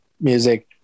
music